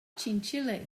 chinchilla